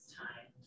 time